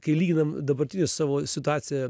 kai lyginam dabartinę savo situaciją